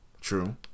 True